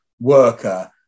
Worker